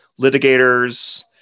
litigators